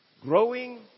growing